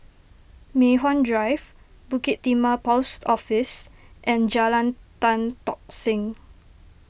Mei Hwan Drive Bukit Timah Post Office and Jalan Tan Tock Seng